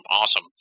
awesome